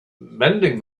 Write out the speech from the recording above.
mending